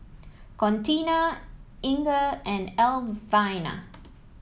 Contina Inga and Alvina